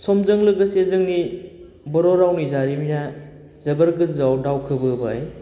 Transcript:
समजों लोगोसे जोंनि बर' रावनि जारिमिना जोबोर गोजौआव दावखोबोबाय